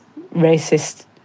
racist